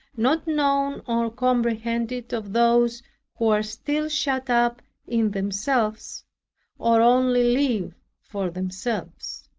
not known or comprehended of those who are still shut up in themselves or only live for themselves.